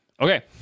Okay